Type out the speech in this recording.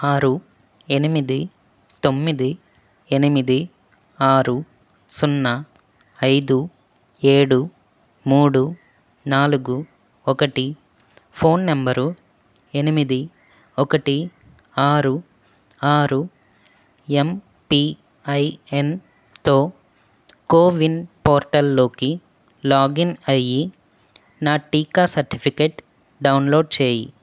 ఆరు ఎనిమిది తొమ్మిది ఎనిమిది ఆరు సున్నా ఐదు ఏడు మూడు నాలుగు ఒకటి ఫోన్ నెంబరు ఎనిమిది ఒకటి ఆరు ఆరు ఎమ్పీఐఎన్తో కో విన్ పోర్టల్లో లాగిన్ అయ్యి నా టీకా సర్టిఫికేట్ డౌన్లోడ్ చేయి